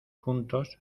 juntos